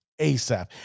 ASAP